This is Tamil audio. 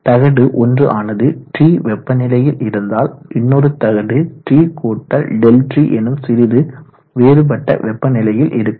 தகடு 1 ஆனது T வெப்பநிலையில் இருந்தால் இன்னொரு தகடு TΔT எனும் சிறிது வேறுபட்ட வெப்பநிலையில் இருக்கும்